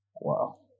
Wow